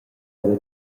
aunc